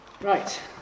Right